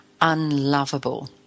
unlovable